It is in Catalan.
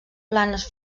planes